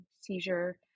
seizure